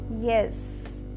Yes